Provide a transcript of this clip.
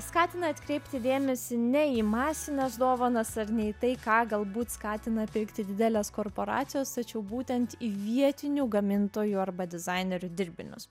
skatina atkreipti dėmesį ne į masines dovanas ar nei tai ką galbūt skatina pirkti didelės korporacijos tačiau būtent vietinių gamintojų arba dizainerių dirbinius